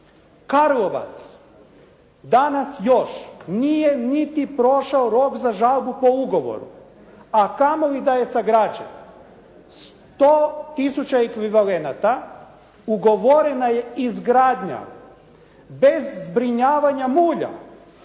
Karlovac danas još nije niti prošao rok za žalbu po ugovoru, a kamoli da je sagrađen. 100 tisuća ekvivalenata ugovorena je izgradnja bez zbrinjavanja mulja.